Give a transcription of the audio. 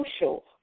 social